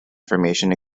formation